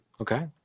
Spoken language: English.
Okay